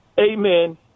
Amen